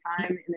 time